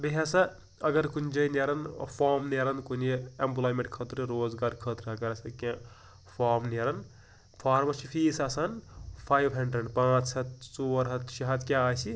بیٚیہِ ہَسا اگر کُنہِ جٲیہِ نیریٚن فارم نیریٚن کُنہِ ایٚمپٕلایمیٚنٛٹ خٲطرٕ روزگار خٲطرٕ اگر ہَسا کیٚنٛہہ فارم نیریٚن فارمَس چھُ فیٖس آسان فایِو ہَنٛڈرڈ پانٛژھ ہَتھ ژور ہَتھ شےٚ ہَتھ کیٛاہ آسہِ